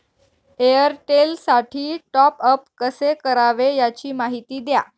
एअरटेलसाठी टॉपअप कसे करावे? याची माहिती द्या